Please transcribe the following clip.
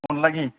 अन्लागि